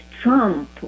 Trump